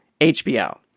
HBO